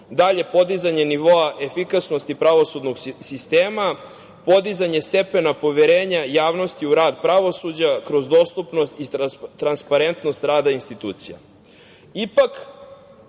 dalje podizanje nivoa efikasnosti pravosudnog sistema, podizanje stepena poverenja javnosti u rad pravosuđa kroz dostupnost i transparentnost rada institucija. Ipak,